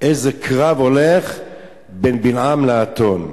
איזה קרב הולך בין בלעם לאתון.